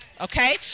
okay